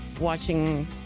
watching